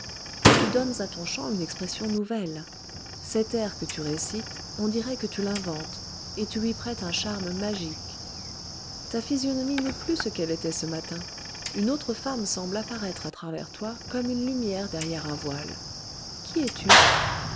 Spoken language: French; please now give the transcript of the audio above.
mais tu donnes à ton chant une expression nouvelle cet air que tu récites on dirait que tu l'inventes et tu lui prêtes un charme magique ta physionomie n'est plus ce qu'elle était ce matin une autre femme semble apparaître à travers toi comme une lumière derrière un voile qui es-tu